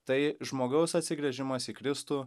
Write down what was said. tai žmogaus atsigręžimas į kristų